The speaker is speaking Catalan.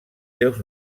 seus